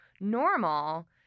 normal